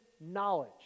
knowledge